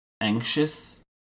anxious